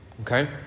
okay